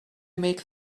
make